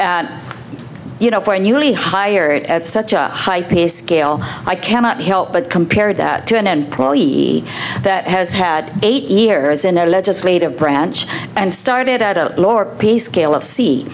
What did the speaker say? and you know for a newly hired at such a high pay scale i cannot help but compare that to an employee that has had eight years in a legislative branch and started at a lower pay scale of se